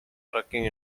trucking